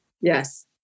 Yes